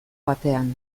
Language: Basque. batean